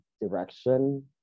direction